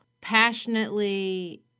passionately